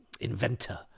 inventor